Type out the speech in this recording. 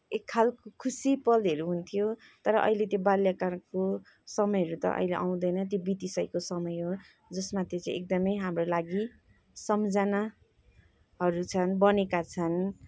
एक खालको खुसी पलहरू हुन्थ्यो तर अहिले त्यो बाल्यकालको समयहरू त अहिले आउँदैन त्यो बितिसकेको समय हो जसमा त्यो चाहिँ एकदमै हाम्रो लागि सम्झनाहरू छन् बनेका छन्